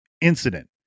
incident